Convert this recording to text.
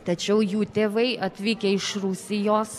tačiau jų tėvai atvykę iš rusijos